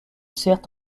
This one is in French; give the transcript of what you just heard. sert